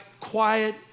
quiet